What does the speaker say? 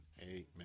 amen